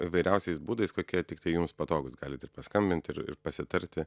įvairiausiais būdais kokie tiktai jums patogūs galit ir paskambint ir ir pasitarti